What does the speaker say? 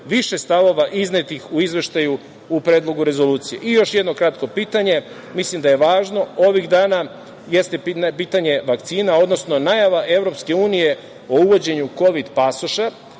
više stavova iznetih u izveštaju u Predlogu rezolucije? Još jedno kratko pitanje, koje mislim da je važno ovih dana, jeste pitanje vakcina, odnosno najava EU o uvođenju kovid pasoša,